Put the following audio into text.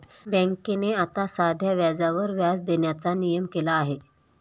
बँकेने आता साध्या व्याजावर व्याज देण्याचा नियम केला आहे